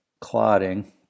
clotting